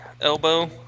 elbow